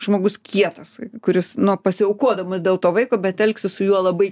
žmogus kietas kuris nu pasiaukodamas dėl to vaiko bet elgsis su juo labai